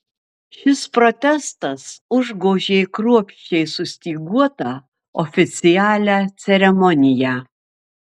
šis protestas užgožė kruopščiai sustyguotą oficialią ceremoniją